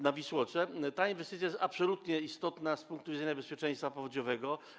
Na Wisłoce ta inwestycja jest absolutnie istotna z punktu widzenia bezpieczeństwa powodziowego.